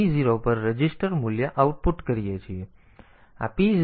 પછી આપણે આ p0 પર રજિસ્ટર મૂલ્ય આઉટપુટ કરીએ છીએ